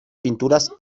pinturas